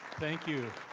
thank you,